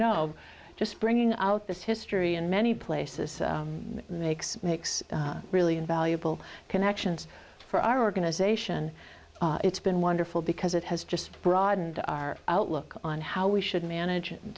know just bringing out this history in many places makes makes really invaluable connections for our organization it's been wonderful because it has just broadened our outlook on how we should manage